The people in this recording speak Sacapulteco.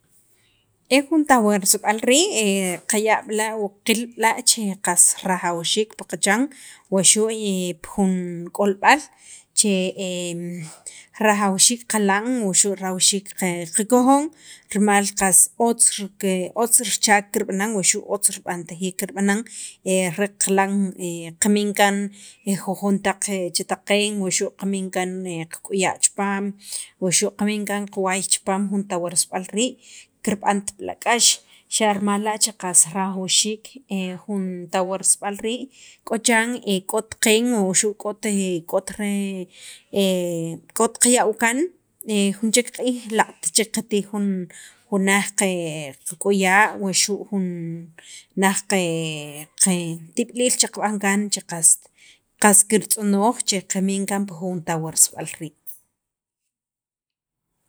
e jun tawarsib'al rii' qaya' b'la' o qil b'la' che qas rajawxiik pi qachan wuxu' pi jun k'olb'al che rajawxiik qilan wuxu' rajawxiik qakojon rimal qas otz richaak kirb'anan wuxu' otz rib'antajiik kirbanan re qilan qamin kaan jujon taq chetaq qeen, wuxu' qamin kaan qak'uya' chipaam, wuxu' kamin kaan qawaay chipaam jun tawarsib'al rii' kirb'ant b'la' k'ax, xa' rimal la' che qas rajawxiik jun tawarsib'al rii', k'o chiran k'ot qeech wuxu' k'ot re k'ot re k'ot qaya' wii' kaan jun chek q'iij laaq't chek qatij jun jun laj qe qak'uya wuxu' jun naj qe qe tib'iliil che qab'an kaan che qas kirtz'onoj che qamin kaan pi jun tawarsib'al rii'